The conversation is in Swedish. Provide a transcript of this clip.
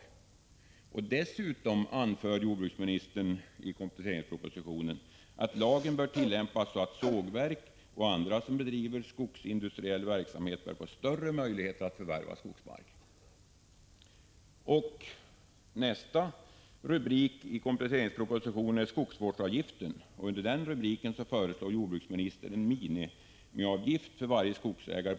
I kompletteringspropositionen anför jordbruksministern dessutom att lagen bör tillämpas så att sågverk och annan skogsindustriell verksamhet bör få större möjligheter att förvärva skogsmark. Nästa rubrik i kompletteringspropositionen är benämnd Skogsvårdsavgiften. Under denna rubrik föreslår jordbruksministern en minimiavgift om 300 kr.